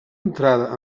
entrada